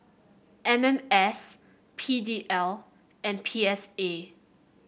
M M S P D L and P S A